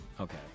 Okay